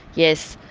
yes.